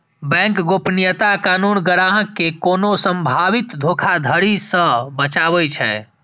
bank गोपनीयता कानून ग्राहक कें कोनो संभावित धोखाधड़ी सं बचाबै छै